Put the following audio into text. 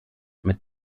mit